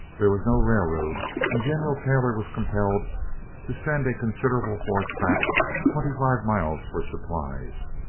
there was no railroad, and general taylor was compelled to send a considerable force back twenty-five miles for supplies.